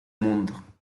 mundo